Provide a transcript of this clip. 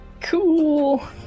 Cool